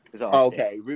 Okay